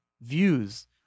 views